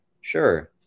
Sure